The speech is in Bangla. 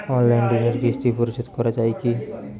অনলাইন ঋণের কিস্তি পরিশোধ করা যায় কি?